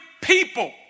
People